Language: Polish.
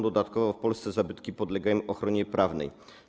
Dodatkowo w Polsce zabytki podlegają ochronie prawnej.